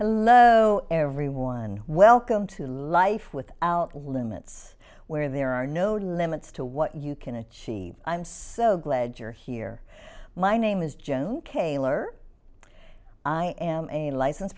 hello everyone welcome to life without limits where there are no limits to what you can achieve i'm so glad you're here my name is joan kaylor i am a license